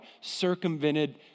circumvented